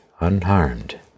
unharmed